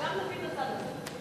אז גם נביא את הצד הזה.